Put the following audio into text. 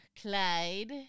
Clyde